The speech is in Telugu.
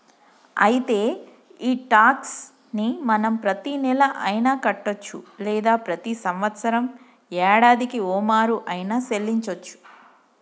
అయితే ఈ టాక్స్ ని మనం ప్రతీనెల అయిన కట్టొచ్చు లేదా ప్రతి సంవత్సరం యాడాదికి ఓమారు ఆయిన సెల్లించోచ్చు